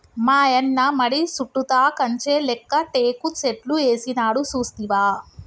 మాయన్న మడి సుట్టుతా కంచె లేక్క టేకు సెట్లు ఏసినాడు సూస్తివా